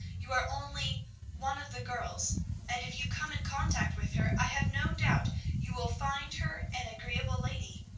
you are only one of the girls and if you come in contact with her, i have no doubt you will find her an agreeable lady.